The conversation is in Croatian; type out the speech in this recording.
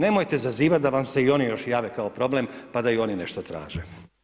Nemojte zazivati da vam se još i oni jave kao problem pa da i oni nešto traže.